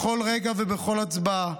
בכל רגע ובכל הצבעה,